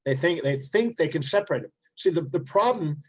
ah think they think they can separate it. see the the problem,